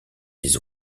les